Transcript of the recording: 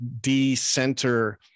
de-center